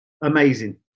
amazing